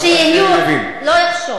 שאף אחד לא יחשוב